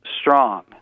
strong